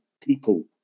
people